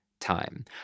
time